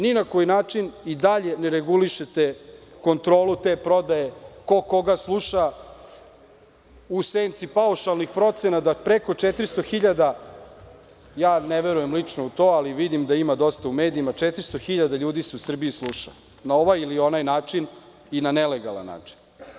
Ni na koji način i dalje ne regulišete kontrolu te prodaje, ko koga sluša u senci paušalnih procena, da preko 400.000, ne verujem lično u to ali vidim da ima dosta u medijima, 400.000 ljudi se u Srbiji sluša, na ovaj ili onaj način i na nelegalan način.